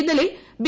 ഇന്നലെ ബി